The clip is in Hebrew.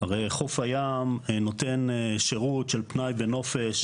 הרי חוף הים נותן שירות של פנאי ונופש,